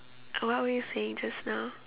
uh what were you saying just now